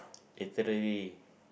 yesterday